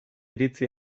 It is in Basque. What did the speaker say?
iritzi